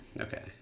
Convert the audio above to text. Okay